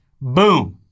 Boom